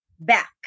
back